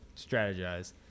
Strategize